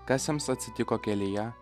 kas jiems atsitiko kelyje